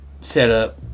setup